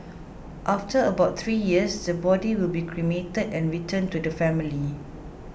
after about three years the body will be cremated and returned to the family